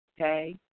okay